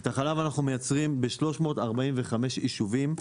את החלב אנחנו מייצרים ב-345 ישובים,